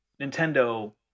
Nintendo